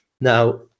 now